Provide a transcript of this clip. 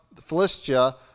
Philistia